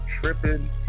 tripping